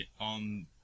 on